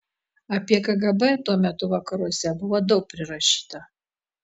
apie kgb tuo metu vakaruose buvo daug prirašyta